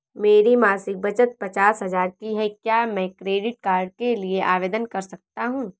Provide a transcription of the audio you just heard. मेरी मासिक बचत पचास हजार की है क्या मैं क्रेडिट कार्ड के लिए आवेदन कर सकता हूँ?